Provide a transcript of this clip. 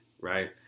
Right